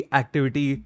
activity